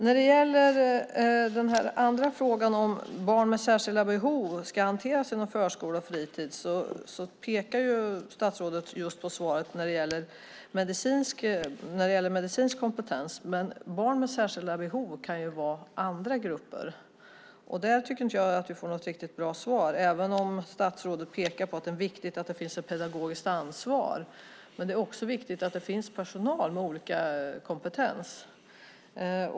När det gäller frågan om hur barn med särskilda behov ska hanteras inom förskola och fritids pekar statsrådet i svaret på den medicinska kompetensen. Men barn med särskilda behov kan också vara andra grupper. Där tycker inte jag att vi får ett riktigt bra svar. Statsrådet pekar på att det är viktigt att det finns ett pedagogiskt ansvar. Men det är också viktigt att det finns personal med olika kompetens.